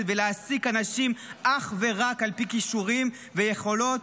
ולהעסיק אנשים אך ורק על פי כישורים ויכולות,